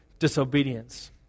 disobedience